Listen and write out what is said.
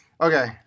Okay